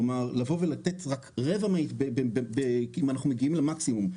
כלומר לבוא ולתת רק רבע אם אנחנו מגיעים למקסימום,